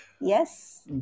yes